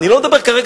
ואני לא מדבר כרגע,